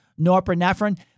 norepinephrine